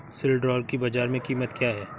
सिल्ड्राल की बाजार में कीमत क्या है?